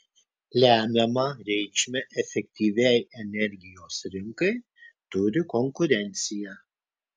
lemiamą reikšmę efektyviai energijos rinkai turi konkurencija